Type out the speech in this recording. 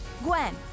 Gwen